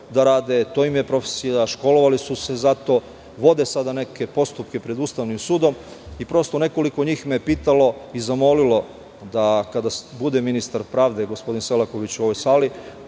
da rade, to im je profesija, školovali su se za to, vode neke postupke pred ustavnim sudom i prosto, nekoliko njih me je pitalo i zamolilo da, kada bude ministar pravde, gospodin Selaković u ovoj sali,